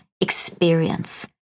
experience